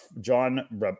John